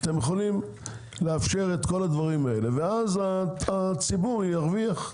אתם יכולים לאפשר את כל הדברים האלה ואז הציבור ירוויח.